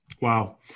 Wow